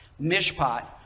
mishpat